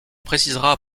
précisera